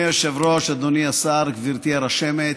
אדוני היושב-ראש, אדוני השר, גברתי הרשמת,